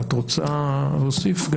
את רוצה להוסיף?